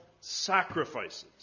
sacrifices